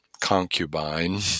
concubine